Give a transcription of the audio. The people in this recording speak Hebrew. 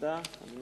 אדוני